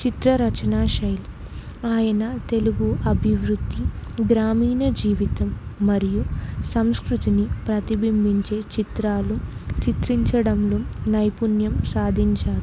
చిత్రరచన శైలి ఆయన తెలుగు అభివృద్ధి గ్రామీణ జీవితం మరియు సంస్కృతిని ప్రతిబింబించే చిత్రాలు చిత్రించడంలో నైపుణ్యం సాధించారు